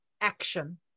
action